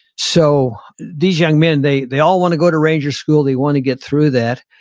so these young men, they they all want to go to ranger school. they want to get through that.